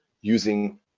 using